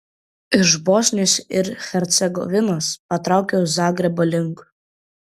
iš bosnijos ir hercegovinos patraukiau zagrebo link